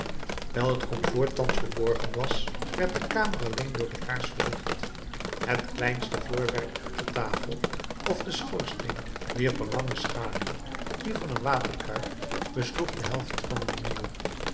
wijl het komfoor thans verborgen was werd de kamer alleen door de kaars verlicht het kleinste voorwerp op de tafel of den schoorsteen wierp een lange schaduw die van een waterkruik besloeg de helft van een muur